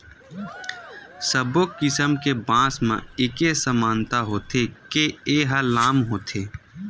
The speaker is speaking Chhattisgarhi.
सब्बो किसम के बांस म एके समानता होथे के ए ह लाम होथे